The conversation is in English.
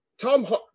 Tom